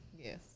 Yes